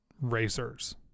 racers